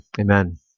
amen